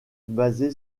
basé